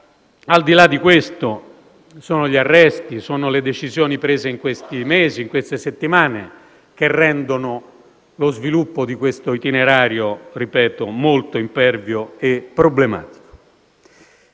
al di là di questo, sono gli arresti, sono le decisioni prese in questi mesi e in queste settimane che rendono lo sviluppo di questo itinerario - ripeto - molto impervio e problematico.